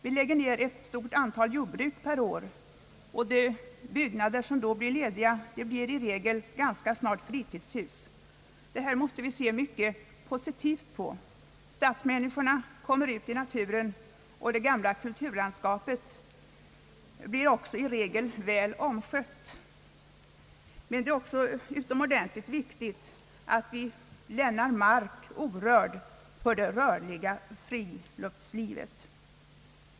Det läggs ner ett stort antal jordbruk varje år, och de byggnader som då blir l1ediga blir i regel ganska snart fritidshus. Detta måste vi se mycket positivt på. Stadsmänniskorna kommer ut i naturen, och det gamla kulturlandskapet blir i regel väl omskött. Det är emellertid också utomordentligt viktigt att vi lämnar mark orörd för det rörliga friluftslivet.